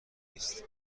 نیست